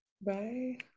Bye